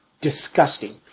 disgusting